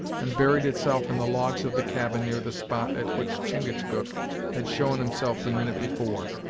and buried itself in the logs of the cabin near the spot at which chingachgook had shown himself the minute before,